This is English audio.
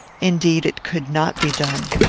indeed, it could not be done.